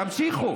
תמשיכו.